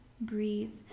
breathe